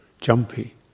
jumpy